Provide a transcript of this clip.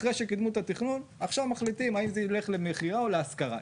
אחרי שקידמו את התכנון עכשיו מחליטים האם זה ילך למכירה או להשכרה.